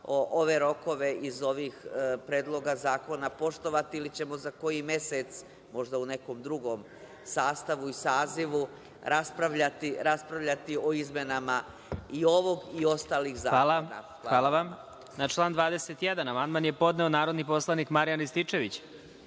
ove rokove iz ovih predloga zakona poštovati ili ćemo za koji mesec, možda u nekom drugom sastavu i sazivu, raspravljati o izmenama i ovog i ostalih zakona. **Vladimir Marinković** Hvala vam. Na član 21. amandman je podneo narodni poslanik Marijan